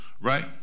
Right